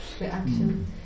reaction